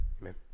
Amen